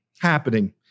happening